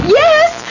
yes